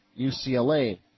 UCLA